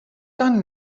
done